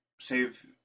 save